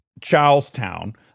Charlestown